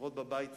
לפחות בבית הזה,